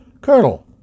Colonel